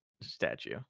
statue